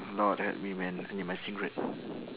lord help me man I need my cigarette